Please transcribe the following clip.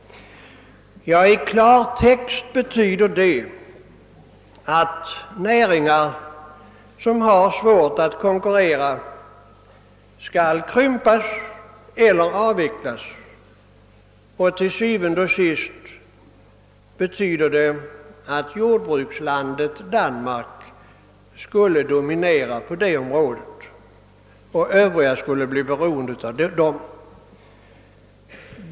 I klartext betyder detta att näringar som har svårt att konkurrera skall krympas eller avvecklas, och til syvende og sidst betyder det att jordbrukslandet Danmark skulle dominera på området och övriga länder bli beroende av Danmark.